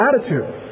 attitude